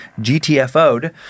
GTFO'd